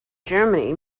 germany